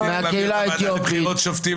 הוא גם הבטיח את הוועדה לבחירות שופטים,